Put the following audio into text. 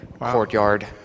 courtyard